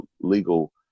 legal